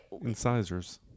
Incisors